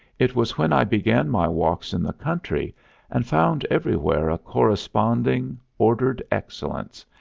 it was when i began my walks in the country and found everywhere a corresponding, ordered excellence,